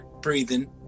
breathing